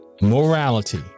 Morality